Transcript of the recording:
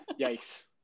yikes